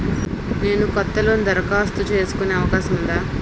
నేను కొత్త లోన్ దరఖాస్తు చేసుకునే అవకాశం ఉందా?